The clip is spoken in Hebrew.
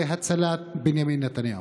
וזה הצלת בנימין נתניהו.